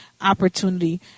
Opportunity